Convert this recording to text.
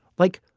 like,